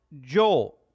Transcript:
Joel